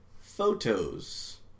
photos